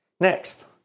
Next